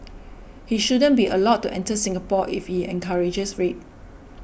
he shouldn't be allowed to enter Singapore if he encourages rape